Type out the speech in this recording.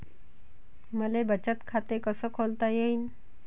मले बचत खाते कसं खोलता येईन?